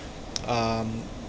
um